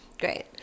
great